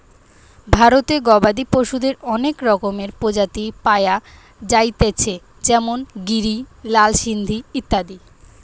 ভারতে গবাদি পশুদের অনেক রকমের প্রজাতি পায়া যাইতেছে যেমন গিরি, লাল সিন্ধি ইত্যাদি